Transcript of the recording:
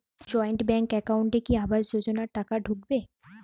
Joint bank একাউন্টে কি আবাস যোজনা টাকা ঢুকবে?